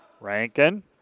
Rankin